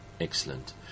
excellent